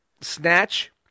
Snatch